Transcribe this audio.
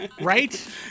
right